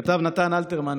כתב נתן אלתרמן